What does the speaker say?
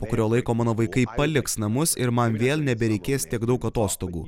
po kurio laiko mano vaikai paliks namus ir man vėl nebereikės tiek daug atostogų